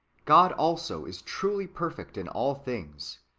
god also is truly per fect in all things.